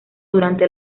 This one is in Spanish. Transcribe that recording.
durante